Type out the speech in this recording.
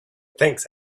thanks